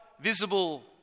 visible